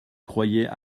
croyait